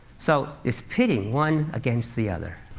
so, it's pitting one against the other.